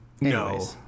No